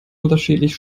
unterschiedlich